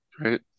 right